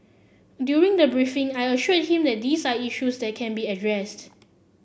during the briefing I assured him that these are issues that can be addressed